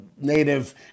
native